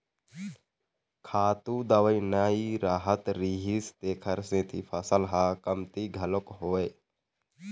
खातू दवई नइ रहत रिहिस तेखर सेती फसल ह कमती घलोक होवय